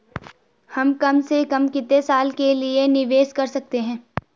हम कम से कम कितने साल के लिए निवेश कर सकते हैं?